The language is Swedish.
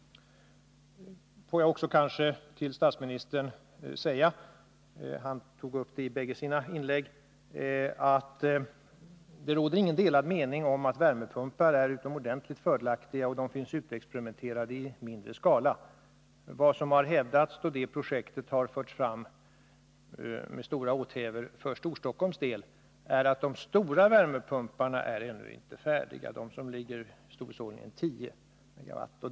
Får jag också säga till statsministern, med anledning av det han tog upp i bägge sina inlägg, att det inte råder några delade meningar om att värmepumpar är utomordentligt fördelaktiga och att de finns utexperimenterade i mindre skala. Vad som har hävdats när det projektet med stora åthävor har förts fram för Storstockholms del är att de stora värmepumparna, istorleksordningen 10 MW, ännu inte är färdiga.